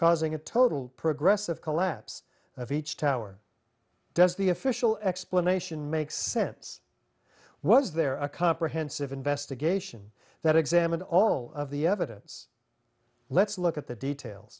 causing a total progressive collapse of each tower does the official explanation make sense was there a comprehensive investigation that examined all of the evidence let's look at the details